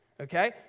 okay